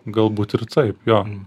galbūt ir taip jo